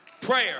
Prayer